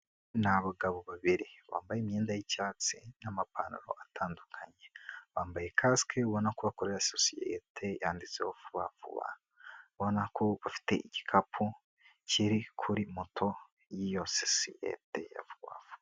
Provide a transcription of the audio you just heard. Ni abagabo babiri bambaye imyenda y'icyatsi n'amapantaro atandukanye, bambaye kasike ubona ko bakorera sosiyete yanditse vubavuba ubona ko bafite igikapu kiri kuri moto y'iyo sosisiyete ya vuba vuba.